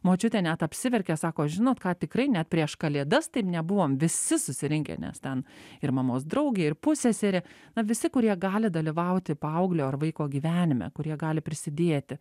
močiutė net apsiverkė sako žinot ką tikrai net prieš kalėdas taip nebuvom visi susirinkę nes ten ir mamos draugė ir pusseserė na visi kurie gali dalyvauti paauglio ar vaiko gyvenime kurie gali prisidėti